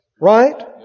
Right